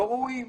לא ראויים.